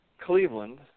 Cleveland